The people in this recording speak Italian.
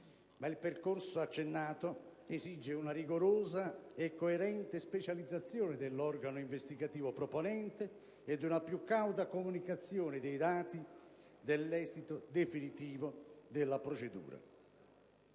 Il percorso accennato esige una rigorosa e coerente specializzazione dell'organo investigativo proponente ed una più cauta comunicazione dei dati dell'esito definitivo della procedura.